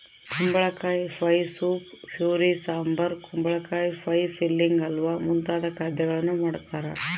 ಕುಂಬಳಕಾಯಿ pie soup puree sambar ಕುಂಬಳಕಾಯಿ pie filling halwa ಮುಂತಾದ ಖಾದ್ಯಗಳನ್ನು ಮಾಡ್ತಾರ